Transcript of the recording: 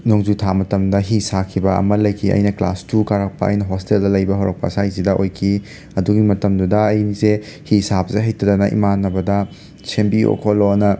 ꯅꯣꯡꯖꯨ ꯊꯥ ꯃꯇꯝꯗ ꯍꯤ ꯁꯥꯈꯤꯕ ꯑꯃ ꯂꯩꯈꯤ ꯑꯩꯅ ꯀ꯭ꯂꯥꯁ ꯇꯨ ꯀꯥꯔꯛꯄ ꯑꯩꯅ ꯍꯣꯁꯇꯦꯜꯗ ꯂꯩꯕ ꯍꯧꯔꯛꯄ ꯁ꯭ꯋꯥꯏꯁꯤꯗ ꯑꯣꯏꯈꯤ ꯑꯗꯨꯒꯤ ꯃꯇꯝꯗꯨꯗ ꯑꯩꯁꯦ ꯍꯤ ꯁꯥꯕꯁꯦ ꯍꯩꯇꯗꯅ ꯏꯃꯥꯟꯅꯕꯗ ꯁꯦꯝꯕꯤꯌꯣ ꯈꯣꯠꯂꯣꯅ